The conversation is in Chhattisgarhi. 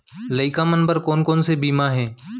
लइका मन बर कोन कोन से बीमा हे?